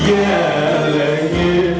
yeah yeah